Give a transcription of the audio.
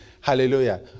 Hallelujah